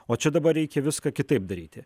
o čia dabar reikia viską kitaip daryti